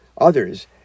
Others